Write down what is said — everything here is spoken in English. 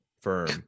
firm